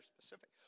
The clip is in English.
specific